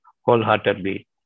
wholeheartedly